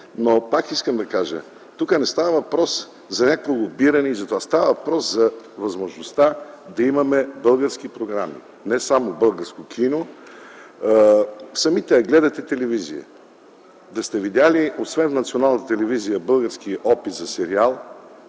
но пак ще кажа: тук не става въпрос за лобиране. Става въпрос за възможността да имаме български програми, не само българско кино. Гледате телевизия. Да сте видели освен в Националната телевизия български опит за сериал